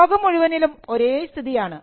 ലോകം മുഴുവനിലും ഒരേ സ്ഥിതിയാണ്